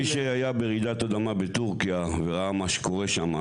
מי שהיה ברעידת האדמה בטורקיה וראה מה שקורה שם.